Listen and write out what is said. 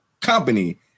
Company